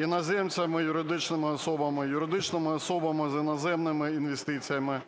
іноземними юридичними особами, юридичними особами з іноземним інвестиціями,